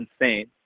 insane